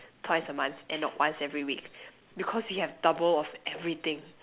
twice a month and not once every week because we have double of everything